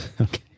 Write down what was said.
Okay